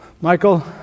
Michael